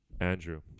andrew